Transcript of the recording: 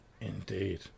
indeed